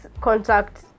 contact